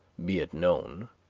be it known,